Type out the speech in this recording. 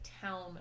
town